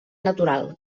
natural